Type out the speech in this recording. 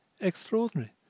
extraordinary